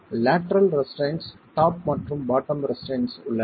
lateral restraints top மற்றும் bottom restraints உள்ளன